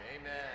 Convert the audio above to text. Amen